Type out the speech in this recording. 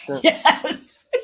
Yes